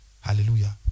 Hallelujah